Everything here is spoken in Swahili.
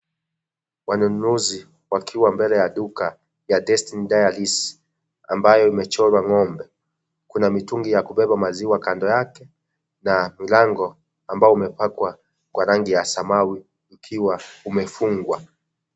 Wanunuzi wakiwa mbele ya duka ya Destiny Diaries, ambayo imechorwa ng'ombe kuna mitungi ya kubeba maziwa kando yake na mlango ambao umepakwa kwa rangi ya samawi ukiwa umefungwa.